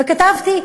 וכתבתי,